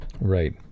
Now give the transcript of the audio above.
Right